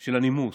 של הנימוס.